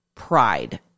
pride